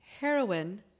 heroin